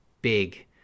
big